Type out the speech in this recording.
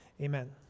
Amen